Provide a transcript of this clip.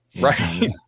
right